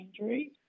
injuries